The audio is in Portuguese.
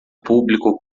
público